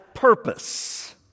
Purpose